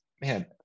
man